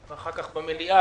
אחר כך במליאה,